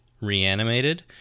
reanimated